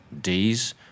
D's